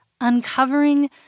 Uncovering